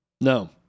No